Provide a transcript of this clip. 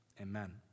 Amen